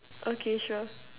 okay sure